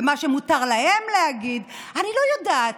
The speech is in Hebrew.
ומה שמותר להם להגיד, אני לא יודעת,